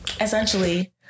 essentially